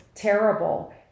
terrible